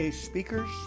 speakers